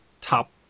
top